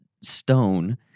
stone